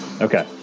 Okay